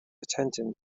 attendant